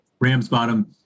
Ramsbottom